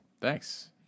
Thanks